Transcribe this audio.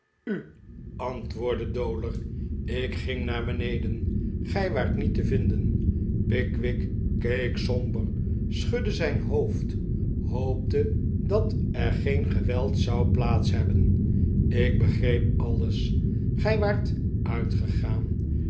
u antwoordde dowler ik ging haar beneden gij waart niet te vinden pickwick keek somber schudde zijn hoofd hoopte dat er geen geweld zou plaats hebben ik begreep alles gij waart uitgegaan